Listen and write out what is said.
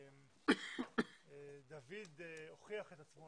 דוד הוכיח את עצמו,